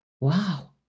wow